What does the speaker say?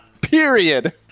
period